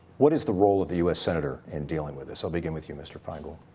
what is the role of the u s. senator in dealing with this? i will begin with you, mr. feingold.